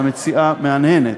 והמציעה מהנהנת,